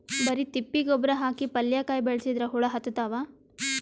ಬರಿ ತಿಪ್ಪಿ ಗೊಬ್ಬರ ಹಾಕಿ ಪಲ್ಯಾಕಾಯಿ ಬೆಳಸಿದ್ರ ಹುಳ ಹತ್ತತಾವ?